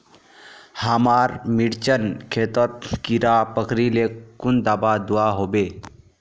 हमार मिर्चन खेतोत कीड़ा पकरिले कुन दाबा दुआहोबे?